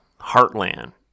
heartland